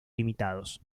limitados